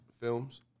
films